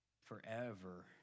forever